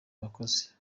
abakozi